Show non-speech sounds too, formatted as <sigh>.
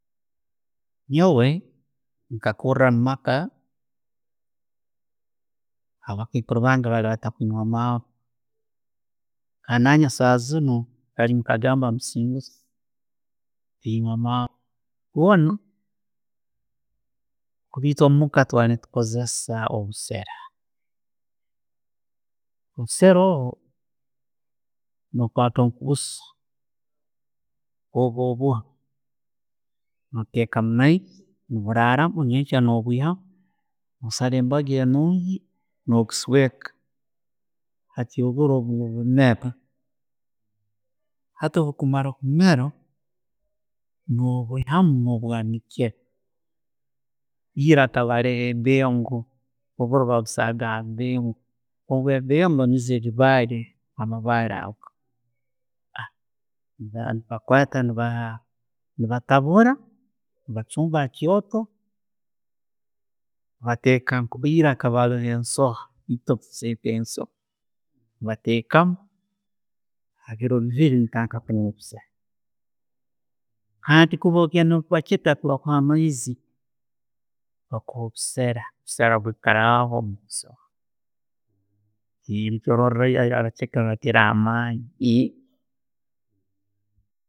Nyoowe nkakura omumaka, abakaikuru bange bakaaba batakunywa amarwa, nangye saaha ziino, <unintelligible> tinywa amarwa goona, eitwe omuka tukaba netukoozessa obuseera, obuseera obwo, no kwata o'mugusa ogwo buuro, notekamu amaizi, neburaramu, nyenkyakara no'buyaamu, osaara embaabi enungi, obusweeka. Hati obuuro ne'bumeera. Hati bwebukumara kumeera, no'bwihaamu no'bwaniikira. Era akaaba haroho enbeengo. Obuuro babusyaga habengo, hati hebengo niizo ezobiibaale, amaabale ago. Nebagakwata, nebatabura, nebachumba hakyooto'batteka, era kaba haroho ensoha, itwe tunzeta ensoro batekaho, habiiro biibiri, kandi bwokuba no'genda mubachiiga, tebakuha amaaizi, obussera bubaho niikyo orora abachiiga bayiina amaani.